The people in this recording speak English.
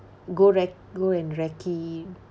go rec~ go and recce